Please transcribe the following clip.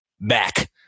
back